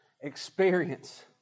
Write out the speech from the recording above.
experience